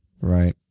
right